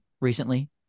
recently